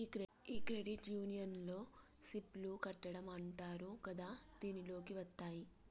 ఈ క్రెడిట్ యూనియన్లో సిప్ లు కట్టడం అంటారు కదా దీనిలోకి వత్తాయి